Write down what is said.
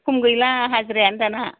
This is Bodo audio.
खम गैला हाजिरायानो दानिया